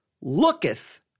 looketh